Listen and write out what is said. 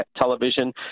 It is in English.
television